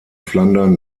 flandern